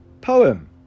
poem